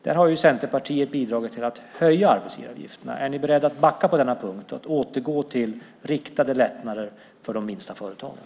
Där har Centerpartiet bidragit till att höja arbetsgivaravgifterna. Är ni beredd att backa på denna punkt och återgå till riktade lättnader för de minsta företagen?